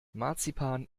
marzipan